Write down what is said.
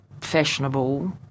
fashionable